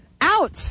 Out